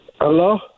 Hello